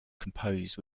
composed